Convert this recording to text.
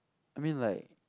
I mean like